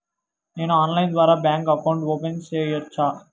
నేను ఆన్లైన్ ద్వారా bank account open సేయొచ్చా?